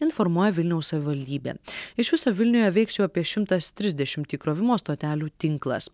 informuoja vilniaus savivaldybė iš viso vilniuje veiks jau apie šimtas trisdešimt įkrovimo stotelių tinklas